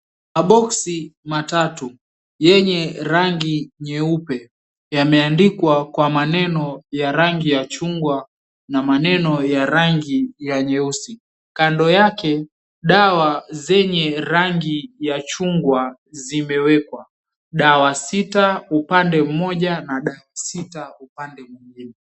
Maboksi matatu yenye rangi nyeupe, yameandikwa kwa maneno ya rangi ya chungwa na maneno ya rangi ya nyeusi kando yake dawa zenye rangi ya chungwa zimewekwa. Dawa sita up𝑎nde mmoja na dawa sita upande mwingine.